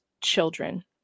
children